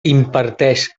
imparteix